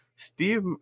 Steve